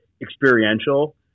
experiential